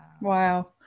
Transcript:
Wow